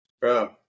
Bro